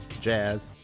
jazz